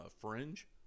fringe